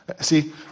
See